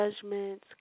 judgments